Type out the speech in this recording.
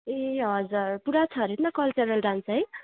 ए हजुर पुरा छ अरे नि त कल्चरल डान्स है